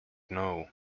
know